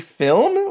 film